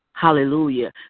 Hallelujah